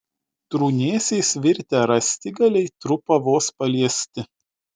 trūnėsiais virtę rąstigaliai trupa vos paliesti